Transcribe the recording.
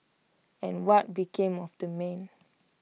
and what became of the man